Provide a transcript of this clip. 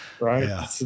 right